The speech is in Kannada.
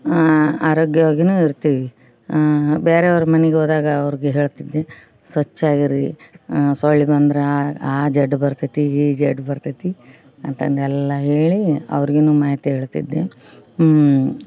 ಆರೋಗ್ಯವಾಗಿಯೂ ಇರ್ತೀವಿ ಬೇರೆ ಅವ್ರ ಮನೆಗೋದಾಗ ಅವ್ರ್ಗೆ ಹೇಳ್ತಿದ್ದೆ ಸ್ವಚ್ಛ ಆಗಿರಿ ಸೊಳ್ಳೆ ಬಂದ್ರೆ ಆ ಜಡ್ಡು ಬರ್ತವೆ ಈ ಜಡ್ಡು ಬರ್ತೈತಿ ಅಂತಂದೆಲ್ಲ ಹೇಳಿ ಅವ್ರಿಗೂ ಮಾಹಿತಿ ಹೇಳ್ತಿದ್ದೆ ಹ್ಞೂ